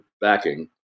backing